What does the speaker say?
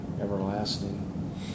everlasting